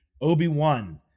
Obi-Wan